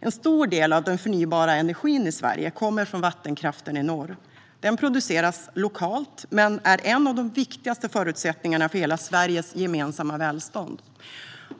En stor del av den förnybara energin i Sverige kommer från vattenkraften i norr. Den produceras lokalt men är en av de viktigaste förutsättningarna för hela Sveriges gemensamma välstånd.